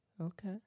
Okay